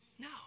No